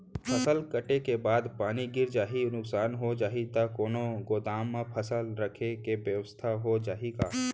फसल कटे के बाद पानी गिर जाही, नुकसान हो जाही त कोनो गोदाम म फसल रखे के बेवस्था हो जाही का?